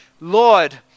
Lord